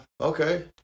Okay